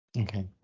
Okay